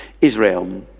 Israel